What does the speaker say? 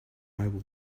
will